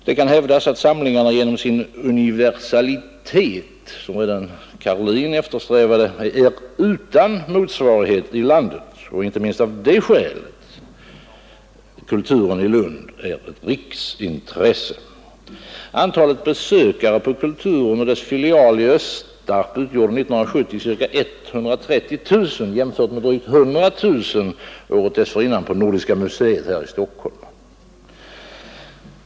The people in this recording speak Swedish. Det kan hävdas att samlingarna genom sin universalitet, som redan Georg Karlin eftersträvade, är utan motsvarighet i landet och att inte minst av det skälet Kulturen i Lund är ett riksintresse. Antalet besökare på Kulturen och dess filial i Östarp utgjorde 1970 cirka 130 000 jämfört med drygt 100 000 året dessförinnan på Nordiska museet här i Stockholm.